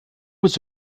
was